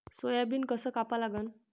Soybean कस कापा लागन?